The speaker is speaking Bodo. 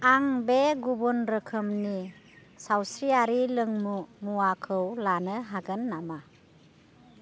आं बे गुबुन रोखोमनि सावस्रिआरि लोंमु मुवाखौ लानो हागोन नामा